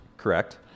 correct